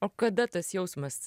o kada tas jausmas